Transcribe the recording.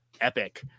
epic